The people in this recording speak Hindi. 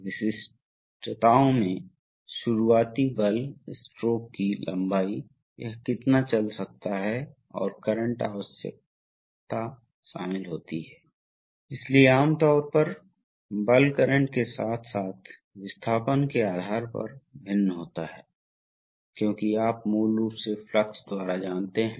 तो यह तरीका है कि यह एक पारंपरिक रेसिप्रोकेशन सर्किट है केवल एक विशेषता जो जोड़ा गया है वह यह है कि एक वापसी के अंत में पूर्ण शक्ति के तहत एक पूर्ण विस्तार पूर्ण शक्ति के तहत वापसी और फिर अंत में जब आप वापस लेने के चक्र के अंत तक पहुँच जाएगा पंप मूल रूप से बिजली बचाने के लिए अनलोड कर दिया जाता है